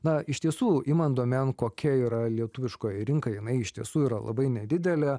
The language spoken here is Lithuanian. na iš tiesų imant domėn kokia yra lietuviškoji rinka jinai iš tiesų yra labai nedidelė